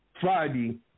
Friday